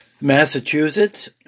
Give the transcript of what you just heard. Massachusetts